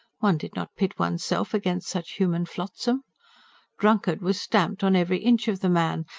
one did not pit oneself against such human flotsam drunkard was stamped on every inch of the man,